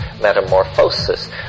metamorphosis